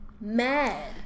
mad